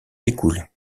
découlent